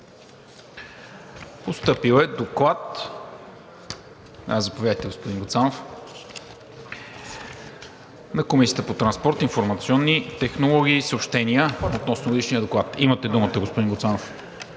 Постъпил е Доклад на Комисията по транспорт, информационни технологии и съобщения относно Годишния доклад. Имате думата, господин Гуцанов.